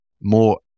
more